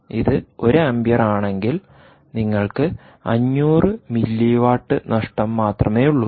ഇത് 1 ആമ്പിയറാണെങ്കിൽ നിങ്ങൾക്ക് 500 മില്ലി വാട്ട് നഷ്ടം മാത്രമേയുള്ളൂ